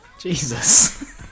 Jesus